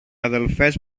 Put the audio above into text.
αδελφές